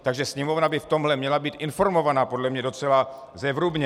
Takže Sněmovna by v tomhle měla být informovaná podle mě docela zevrubně.